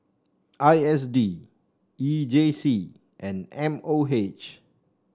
I S D E J C and M O H